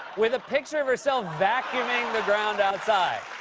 with a picture of herself vacuuming the ground outside.